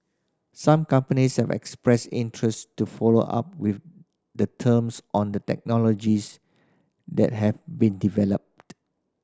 some companies have expressed interest to follow up with the terms on the technologies that have been developed